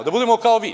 Da budemo kao vi?